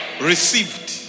received